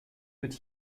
wird